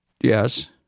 Yes